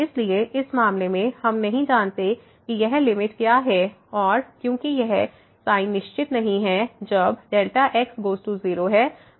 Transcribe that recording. इसलिए इस मामले में हम नहीं जानते कि यह लिमिट क्या है क्योंकि यह sin निश्चित नहीं है जब x गोज़ टू 0 है